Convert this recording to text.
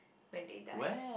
when they die